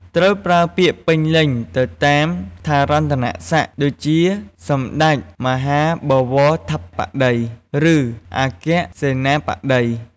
ត្រូវប្រើពាក្យ ពេញលេញទៅតាមឋានន្តរស័ក្តិ ដូចជា សម្តេចមហាបវរធិបតី ឫ អគ្គសេនាបតី។